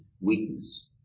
weakness